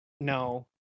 no